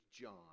John